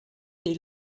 des